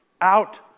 Out